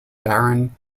baron